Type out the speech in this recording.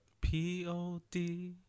P-O-D